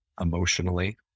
emotionally